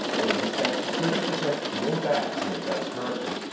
it'll inspect thirty percent more bags than it does currently,